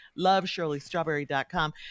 loveshirleystrawberry.com